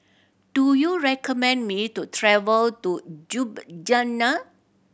do you recommend me to travel to Ljubljana